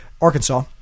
Arkansas